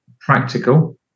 practical